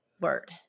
word